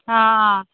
हां